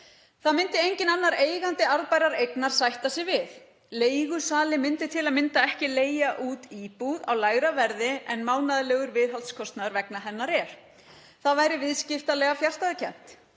Það myndi enginn annar eigandi arðbærrar eignar sætta sig við. Leigusali myndi til að mynda ekki leigja út íbúð á lægra verði en mánaðarlegur viðhaldskostnaður vegna hennar er. Það væri viðskiptalega fjarstæðukennt.